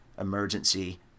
Emergency